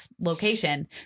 location